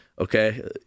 Okay